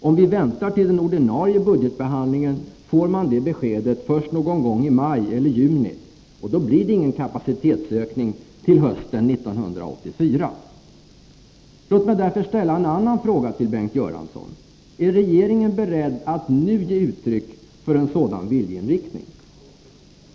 Om vi väntar till den ordinarie budgetbehandlingen får man det beskedet först någon gång i maj eller juni, och då blir det ingen kapacitetsökning till hösten 1984. Låt mig därför ställa en annan fråga till Bengt Göransson: Är regeringen beredd att nu ge uttryck för en sådan viljeinriktning?